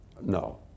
No